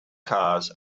cars